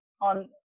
on